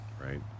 right